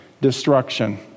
destruction